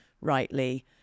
rightly